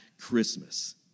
Christmas